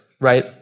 right